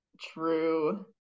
True